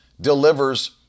delivers